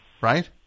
Right